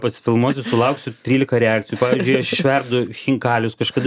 pasifilmuosiu sulauksiu trylika reakcijų pavyzdžiui aš išverdu chinkalius kažkada